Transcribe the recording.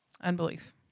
Unbelief